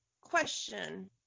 question